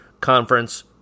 Conference